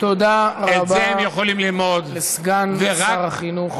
תודה רבה לסגן שר החינוך.